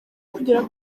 kugera